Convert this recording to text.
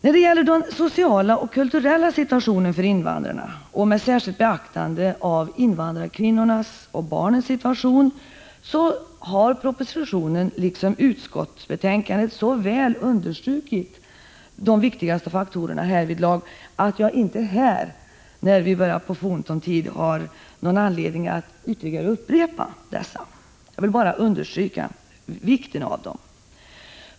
I fråga om den sociala och kulturella situationen för invandrarna, med särskilt beaktande av invandrarkvinnornas och barnens situation, har propositionen liksom utskottsbetänkandet så väl understrukit de viktigaste faktorerna härvidlag att jag inte här, när vi börjar få ont om tid, har någon anledning att ytterligare upprepa dessa. Jag vill bara understryka vikten av dem.